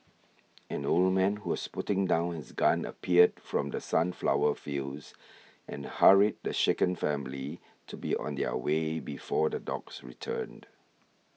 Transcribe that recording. an old man who was putting down his gun appeared from the sunflower fields and hurried the shaken family to be on their way before the dogs returned